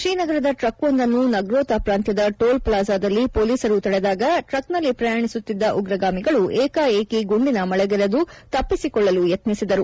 ಶ್ರೀನಗರದ ಟ್ರಕ್ವೊಂದನ್ನು ನಗೋತಾ ಪ್ರಾಂತ್ಯದ ಟೋಲ್ ಪ್ಲಾಜಾದಲ್ಲಿ ಪೊಲೀಸರು ತಡೆದಾಗ ಟ್ರಕ್ನಲ್ಲಿ ಪ್ರಯಾಣಿಸುತ್ತಿದ್ದ ಉಗ್ರಗಾಮಿಗಳು ಏಕಾಏಕಿ ಗುಂಡಿನ ಮಳೆಗರೆದು ತಪ್ಪಿಸಿಕೊಳ್ಳಲು ಯತ್ನಿಸಿದರು